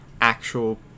actual